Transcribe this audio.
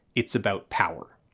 it's about power.